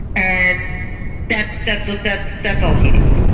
and that's that's what that's that's all he needs.